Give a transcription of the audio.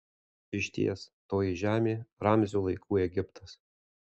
išties toji žemė ramzio laikų egiptas